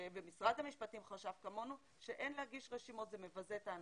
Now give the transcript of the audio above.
ומשרד המשפטים חשב כמונו שאין להגיש רשימות כי זה מבזה את האנשים.